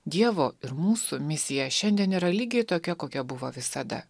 dievo ir mūsų misija šiandien yra lygiai tokia kokia buvo visada